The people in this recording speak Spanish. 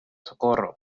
socorro